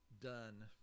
done